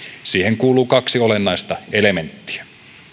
siihen kuuluu kaksi olennaista elementtiä